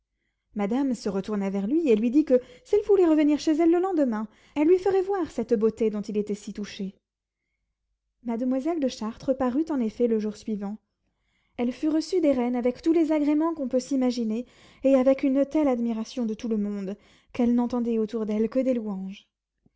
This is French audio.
madame se retourna vers lui et lui dit que s'il voulait revenir chez elle le lendemain elle lui ferait voir cette beauté dont il était si touché mademoiselle de chartres parut en effet le jour suivant elle fut reçue des reines avec tous les agréments qu'on peut s'imaginer et avec une telle admiration de tout le monde qu'elle n'entendait autour d'elle que des louanges